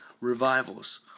revivals